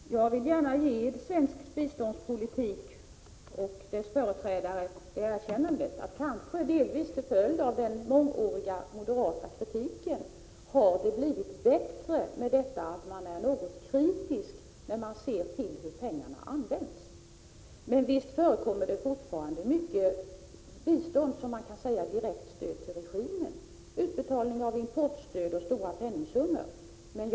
Herr talman! Jag vill gärna ge svensk biståndspolitik och dess företrädare det erkännandet att denna politik, kanske delvis till följd av den mångåriga moderata kritiken, har blivit bättre i den meningen att man nu är något mer kritisk när man ser till hur pengarna används. Men visst förekommer det fortfarande mycket bistånd som kan sägas vara ett direkt stöd till regimen. Det kant.ex. gälla utbetalning av importstöd med stora penningsummor.